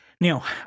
Now